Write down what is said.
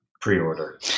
pre-order